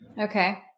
Okay